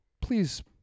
Please